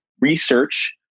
research